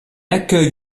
accueille